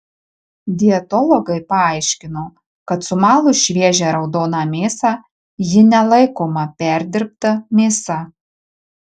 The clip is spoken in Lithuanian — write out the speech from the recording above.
dietologai paaiškino kad sumalus šviežią raudoną mėsą ji nelaikoma perdirbta mėsa